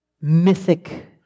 mythic